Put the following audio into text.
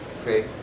Okay